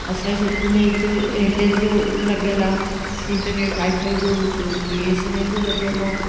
असांजे क्षेत्र में हिकु एयटेल जो लॻियल आहे इंटरनेट वाइ फ़ाइ जो हिकु बी एस एन एल जो लॻियल आहे